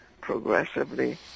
progressively